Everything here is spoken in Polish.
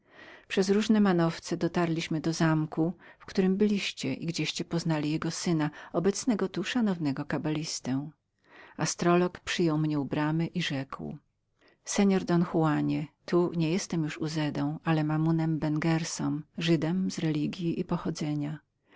przez różne manowce zaprowadził mnie do jego zamku w którym byliście i gdzieście poznali syna jego obecnego tu szanownego kabalistę astrolog przyjął mnie u bramy i rzekł seor don juanie tu nie jestem już uzedą ale mammonem ben gerszon żydem z religji i pochodzenia